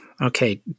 okay